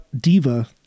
Diva